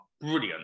brilliant